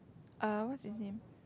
uh what's his name